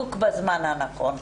בדיוק בזמן הנכון.